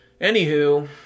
Anywho